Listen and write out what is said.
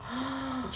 !huh!